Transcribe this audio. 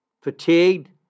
fatigued